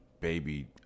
baby